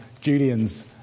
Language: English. Julian's